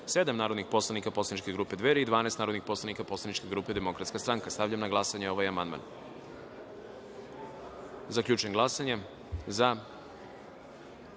narodnih poslanik poslaničke grupe Dveri i 12 narodnih poslanika poslaničke grupe Demokratska stranka. Stavljam na glasanje ovaj amandman. Zaključujem glasanje i